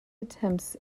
attempts